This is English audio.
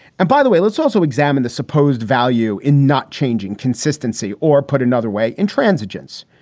and by the way, let's also examine the supposed value in not changing consistency. or put another way, intransigence.